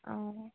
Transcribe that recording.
অঁ